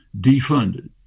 defunded